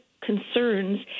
concerns